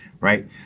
right